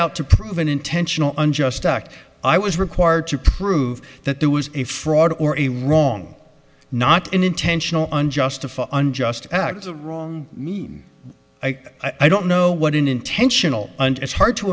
out to prove an intentional unjust act i was required to prove that there was a fraud or a wrong not an intentional unjustified unjust act a wrong mean i don't know oh what an intentional and it's hard to